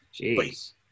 Jeez